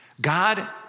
God